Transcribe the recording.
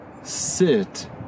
Sit